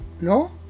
no